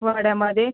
वड्यामध्ये